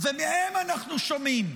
מהם אנחנו שומעים,